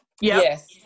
Yes